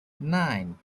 nine